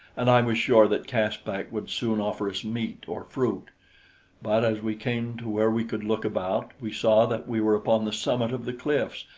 and i was sure that caspak would soon offer us meat or fruit but as we came to where we could look about, we saw that we were upon the summit of the cliffs,